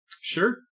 Sure